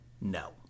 No